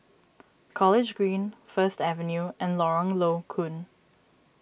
College Green First Avenue and Lorong Low Koon